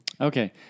Okay